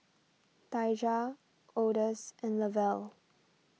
Daijah Odus and Lavelle